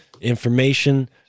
information